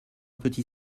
petit